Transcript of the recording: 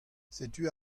setu